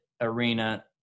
arena